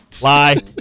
Lie